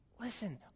Listen